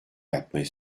yapmayı